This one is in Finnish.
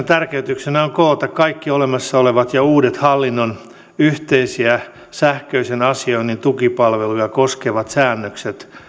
tarkoituksena on koota kaikki olemassa olevat ja uudet hallinnon yhteisiä sähköisen asioinnin tukipalveluja koskevat säännökset